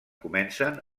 comencen